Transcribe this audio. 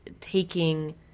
taking